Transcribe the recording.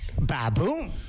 Baboom